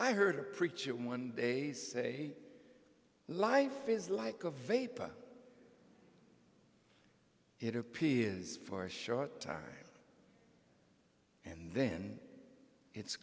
i heard a preacher one day say life is like a vapor it appears for a short time and then it's